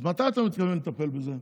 אז מתי אתה מתכוון לטפל בזה?